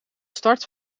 start